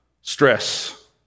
stress